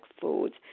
foods